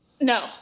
No